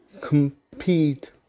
compete